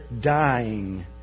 dying